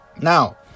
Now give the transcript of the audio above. Now